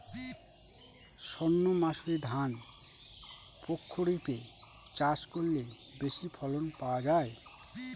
সর্ণমাসুরি ধান প্রক্ষরিপে চাষ করলে বেশি ফলন পাওয়া যায়?